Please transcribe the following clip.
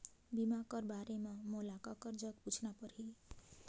बीमा कर बारे मे मोला ककर जग पूछना परही?